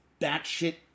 batshit